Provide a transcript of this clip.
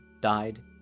died